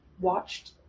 watched